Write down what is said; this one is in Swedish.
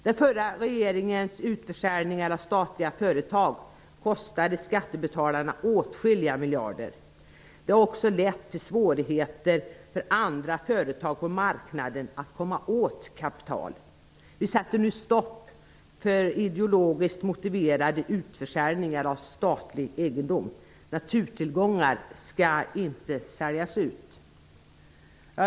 Den förra regeringens utförsäljningar av statliga företag kostade skattebetalarna åtskilliga miljarder. Det har också lett till svårigheter för andra företag på marknaden att komma åt kaptial. Vi sätter nu stopp för ideologiskt motiverade utförsäljningar av statlig egendom. Naturtillgångar skall inte säljas ut.